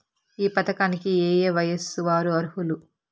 ఈ పథకానికి ఏయే వయస్సు వారు అర్హులు?